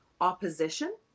opposition